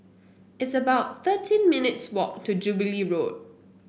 it's about thirteen minutes' walk to Jubilee Road